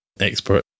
Expert